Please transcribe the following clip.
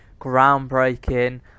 groundbreaking